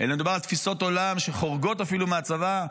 אלא מדובר בתפיסות עולם שחורגות אפילו מהצבא,